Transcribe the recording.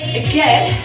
again